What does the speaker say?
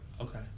okay